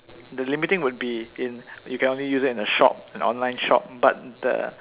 the limiting would be in you can only use it in a shop an online shop but the